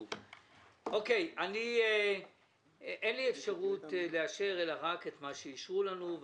אין לי אפשרות לאשר אלא רק את מה שאישרו לנו.